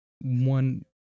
one